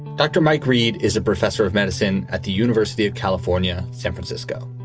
dr. mike reed is a professor of medicine at the university of california, san francisco.